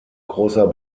großer